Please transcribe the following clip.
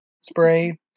spray